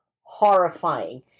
horrifying